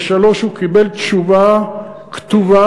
ב-15:00 הוא קיבל תשובה כתובה,